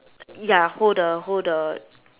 ya hold the hold the